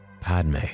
Padme